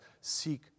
seek